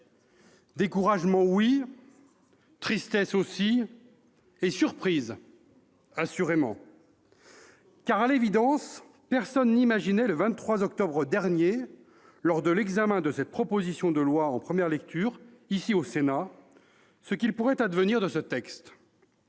Découragement oui, tristesse aussi, surprise assurément. Car, à l'évidence, personne n'imaginait, le 23 octobre dernier, lors de l'examen de cette proposition de loi en première lecture, ici, au Sénat, ce qu'il pourrait advenir de ce texte.